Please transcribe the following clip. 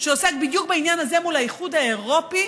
שעוסק בדיוק בעניין הזה מול האיחוד האירופי.